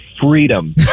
freedom